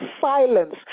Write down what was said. silence